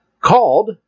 called